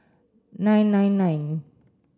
nine nine nine